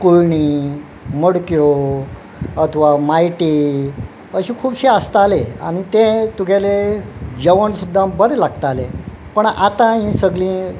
कुयणीं मडक्यो अथवा मायटीं अशे खुबशे आसताले आनी तें तुगेलें जेवण सुद्दां बरें लागतालें पण आतां हीं सगलीं